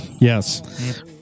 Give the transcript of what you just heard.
Yes